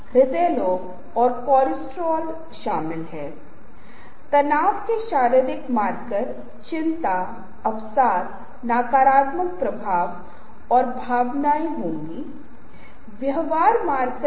और स्लाइड जैसा कि मैंने आपको बताया था जो मैं अंत में जल्दी से दिखाता हूं और साझा करता हूं आपको इन सभी चीजों के बारे में विस्तार से बताता है